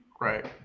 Right